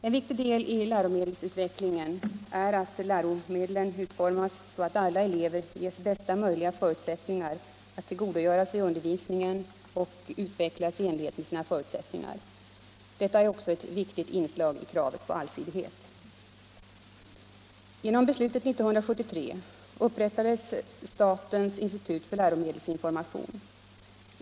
En viktig del i läromedelsutvecklingen är att läromedlen utformas så att alla elever ges bästa möjliga förutsättningar att tillgodogöra sig undervisningen och utvecklas i enlighet med sina förutsättningar. Detta är också ett viktigt inslag i kravet på allsidighet. Genom beslut 1973 upprättades statens institut för läromedelsinformation.